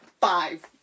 Five